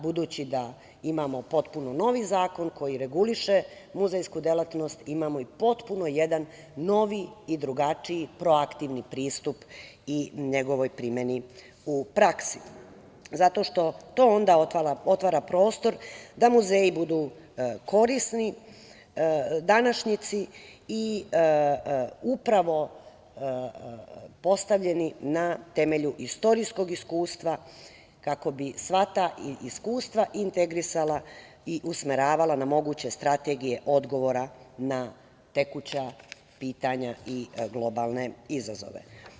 Budući da imamo potpuno novi zakon koji reguliše muzejsku delatnost, imamo i potpuno jedan novi i drugačiji, proaktivni pristup i njegovoj primeni u praksi, zato što to onda otvara prostor da muzeji budu korisni današnjici i upravo postavljeni na temelju istorijskog iskustva, kako bi sva ta iskustva integrisala i usmeravala na moguće strategije odgovora na tekuća pitanja i globalne izazove.